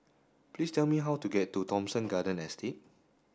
please tell me how to get to Thomson Garden Estate